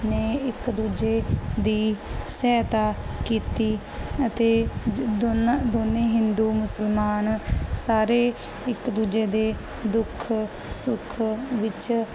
ਨੇ ਇੱਕ ਦੂਜੇ ਦੀ ਸਹਾਇਤਾ ਕੀਤੀ ਅਤੇ ਦੋਨਾ ਦੋਨੇ ਹਿੰਦੂ ਮੁਸਲਮਾਨ ਸਾਰੇ ਇੱਕ ਦੂਜੇ ਦੇ ਦੁੱਖ ਸੁੱਖ ਵਿੱਚ